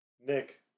Nick